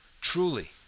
Truly